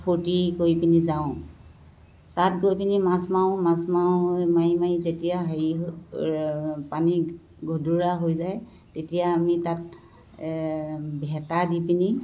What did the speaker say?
ফূৰ্তি কৰি পিনি যাওঁ তাত গৈ পিনি মাছ মাৰোঁ মাছ মাৰোঁ মাৰি মাৰি যেতিয়া হেৰি পানী ঘুদুৰা হৈ যায় তেতিয়া আমি তাত ভেটা দি পিনি